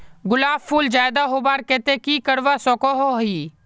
गुलाब फूल ज्यादा होबार केते की करवा सकोहो ही?